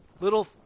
little